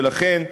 ולכן,